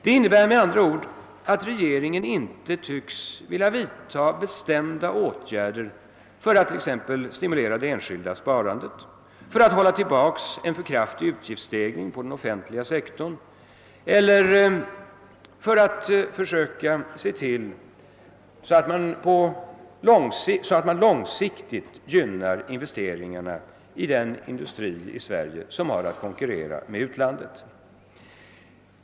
Det innebär med andra ord, att regeringen inte tycks vilja vidta bestämda åtgärder för att t.ex. stimulera det enskilda sparandet, för att hålla tillbaka en alltför kraftig utgiftsstegring på den offentliga sektorn eller för att försöka se till att man långsiktigt gynnar investeringarna i den industri i Sverige som har att konkurrera med utlandet.